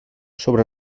sobre